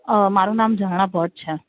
મારું નામ ઝરણા ભટ્ટ છે